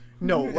No